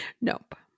Nope